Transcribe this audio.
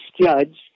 judge